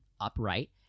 upright